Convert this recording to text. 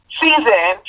season